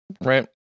Right